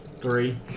three